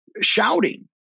shouting